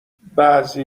بعضی